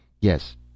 Yes